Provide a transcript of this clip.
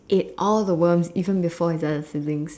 ate all the worms even before his other siblings